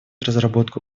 разработку